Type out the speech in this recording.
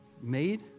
made